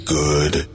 good